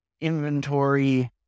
inventory